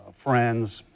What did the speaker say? friends,